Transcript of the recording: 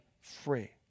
free